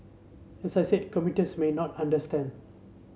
as I said commuters may not understand